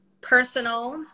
personal